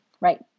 right